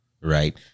right